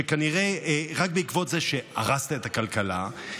כנראה רק בעקבות זה שהרסת את הכלכלה,